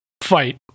fight